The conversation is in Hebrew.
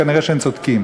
וכנראה הם צודקים.